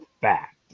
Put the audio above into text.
fact